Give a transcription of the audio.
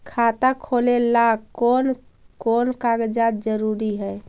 खाता खोलें ला कोन कोन कागजात जरूरी है?